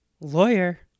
lawyer